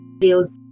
Deals